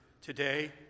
today